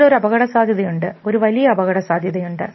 അതിൽ ഒരു അപകടസാധ്യതയുണ്ട് ഒരു വലിയ അപകടസാധ്യതയുണ്ട്